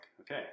okay